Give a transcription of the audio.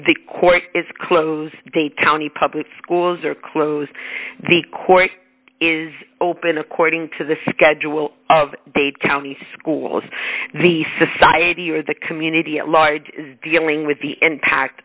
the court is closed dade county public schools are closed the court is open according to the schedule of they'd county schools the society or the community at large dealing with the impact